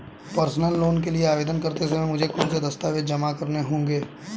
Personal loan के लिए आवेदन करते समय मुझे कौन से दस्तावेज़ जमा करने होंगे?